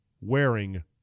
wearing